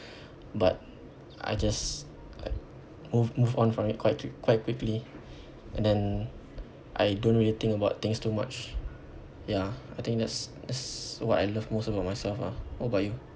but I just I move move on from it quite quite quickly and then I don't really think about things too much ya I think that's that's what I love most about myself ah what about you